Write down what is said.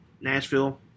Nashville